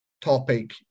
topic